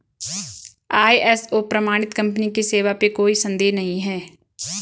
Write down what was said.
ISO प्रमाणित company की सेवा पे कोई संदेह नहीं है